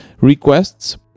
requests